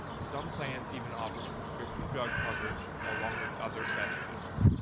some plans even offered prescription drug coverage along with other benefits.